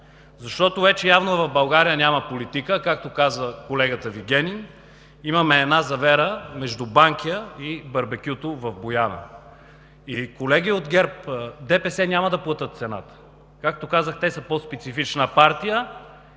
защото вече явно в България няма политика, а както казва колегата Вигенин, имаме една завера между Банкя и барбекюто в Бояна. Колеги от ГЕРБ, ДПС няма да платят цената. Както казах – те са по-специфична партия